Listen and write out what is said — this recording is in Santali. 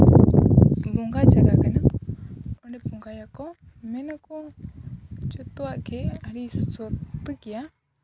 ᱵᱚᱸᱜᱟ ᱡᱟᱭᱜᱟ ᱠᱟᱱᱟ ᱚᱸᱰᱮ ᱵᱚᱸᱜᱟᱭᱟᱠᱚ ᱢᱮᱱ ᱟᱠᱚ ᱡᱚᱛᱚᱣᱟᱜ ᱜᱮ ᱟᱹᱰᱤ ᱥᱚᱛ ᱜᱮᱭᱟ